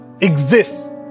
exists